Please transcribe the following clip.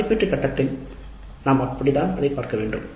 எனவே மதிப்பீட்டு கட்டத்தை நாம் அப்படித்தான் பார்க்க வேண்டும்